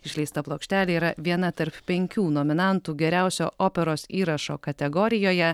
išleista plokštelė yra viena tarp penkių nominantų geriausio operos įrašo kategorijoje